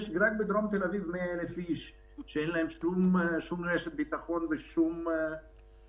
רק בדרום תל אביב יש 100,000 איש שאין להם שום רשת ביטחון ושום הכנסה.